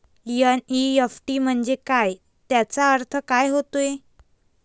NEFT म्हंजे काय, त्याचा अर्थ काय होते?